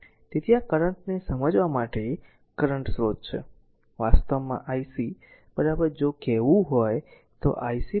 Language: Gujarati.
તેથી આ કરંટ ને સમજવા માટે આ કરંટ સ્રોત છે વાસ્તવમાં ic જો કહેવું હોય તો ic 0